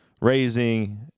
raising